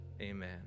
amen